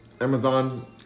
Amazon